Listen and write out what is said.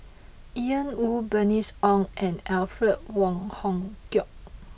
Ian Woo Bernice Ong and Alfred Wong Hong Kwok